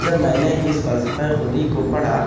جب میں نے اس فلسفہ خودی کو پڑھا